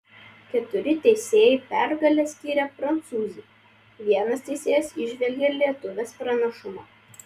keturi teisėjai pergalę skyrė prancūzei vienas teisėjas įžvelgė lietuvės pranašumą